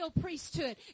priesthood